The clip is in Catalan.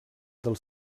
dels